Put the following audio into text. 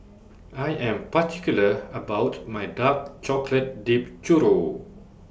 I Am particular about My Dark Chocolate Dipped Churro